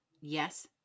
Yes